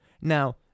Now